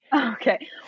okay